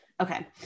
Okay